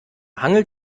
hangelt